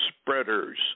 spreaders